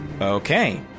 Okay